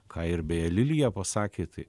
ką ir beje lilija pasakė tai